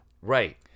Right